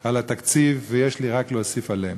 על התקציב ויש לי רק להוסיף עליהן,